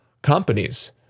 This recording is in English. companies